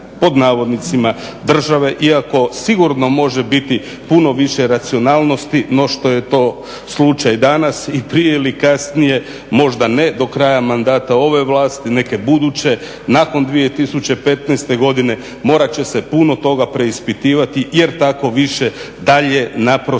je naprosto "cijena" države, iako sigurno može biti puno više racionalnosti no što je to slučaj danas i prije ili kasnije, možda ne do kraja mandata ove vlasti, neke buduće, nakon 2015. godine morat će se puno toga preispitivati jer tako više dalje naprosto